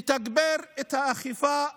לתגבר את האכיפה בנגב,